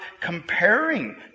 comparing